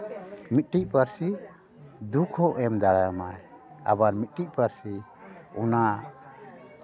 ᱢᱤᱫᱴᱤᱡ ᱯᱟᱹᱨᱥᱤ ᱫᱩᱠ ᱦᱚᱸᱭ ᱮᱢ ᱫᱟᱲᱮ ᱟᱢᱟᱭ ᱟᱵᱟᱨ ᱢᱤᱫᱴᱤᱡ ᱯᱟᱹᱨᱥᱤ ᱚᱱᱟ